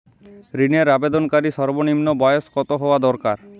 ঋণের আবেদনকারী সর্বনিন্ম বয়স কতো হওয়া দরকার?